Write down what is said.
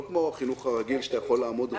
כמו בחינוך הרגיל שאתה יכול לעמוד רחוק.